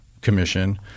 Commission